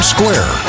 Square